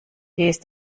ist